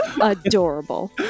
Adorable